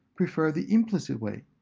prefer the implicit way,